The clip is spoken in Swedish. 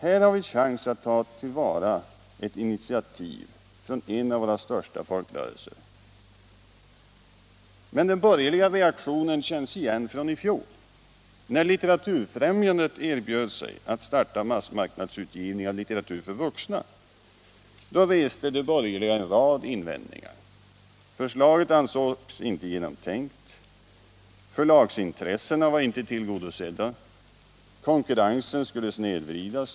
Här har vi chans att ta till vara ett initiativ från en av våra största folkrörelser. Men den borgerliga reaktionen känns igen från i fjol. När Litteraturfrämjandet erbjöd sig att starta massmarknadsutgivning av litteratur för vuxna — då reste de borgerliga en rad invändningar. Förslaget ansågs inte genomtänkt. Förlagsintressena var inte tillgodosedda. Konkurrensen skulle snedvridas.